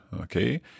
Okay